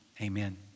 Amen